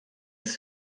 ist